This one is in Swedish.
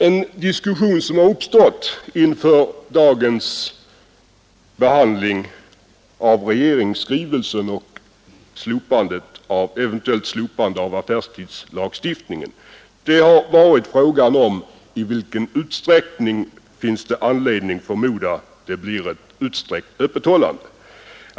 En diskussion som uppstått inför dagens behandling av regeringsskrivelsen och ett eventuellt slopande av affärstidslagstiftningen har gällt frågan om i vilken utsträckning det verkligen kommer att bli ett utsträckt öppethållande.